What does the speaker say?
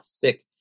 thick